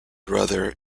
brother